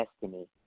destiny